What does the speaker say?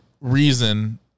reason